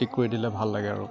ঠিক কৰি দিলে ভাল লাগে আৰু